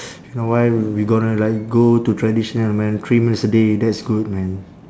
you know why we gonna like go to traditional man three meals a day that's good man